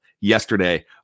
yesterday